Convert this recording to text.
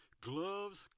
Gloves